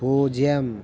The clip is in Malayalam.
പൂജ്യം